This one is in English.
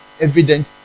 evident